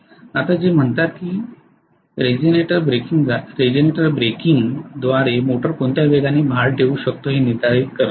आता जे म्हणतात की रीजेनरेटर ब्रेकिंगद्वारे मोटर कोणत्या वेगाने भार ठेवू शकतो हे निर्धारित करा